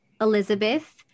elizabeth